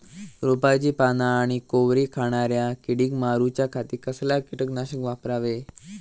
रोपाची पाना आनी कोवरी खाणाऱ्या किडीक मारूच्या खाती कसला किटकनाशक वापरावे?